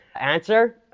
answer